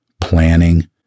planning